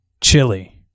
chili